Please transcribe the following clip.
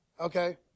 okay